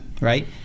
right